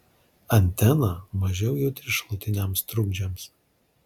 antena mažiau jautri šalutiniams trukdžiams